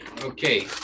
Okay